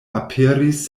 aperis